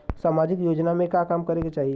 सामाजिक योजना में का काम करे के चाही?